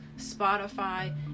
spotify